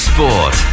Sport